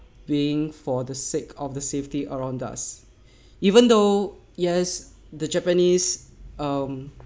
being for the sake of the safety around us even though yes the japanese um